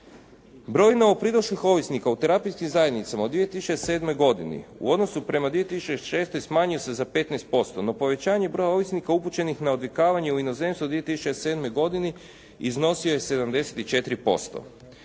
Broj novo pridošlih ovisnika u terapijskim zajednicama u 2007. godini u odnosu prema 2006. smanjio se za 15%. No, povećanje broja ovisnika upućenih na odvikavanje u inozemstvo 2007. godini iznosio je 74%.